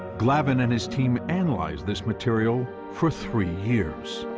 glavin and his team analyze this material for three years.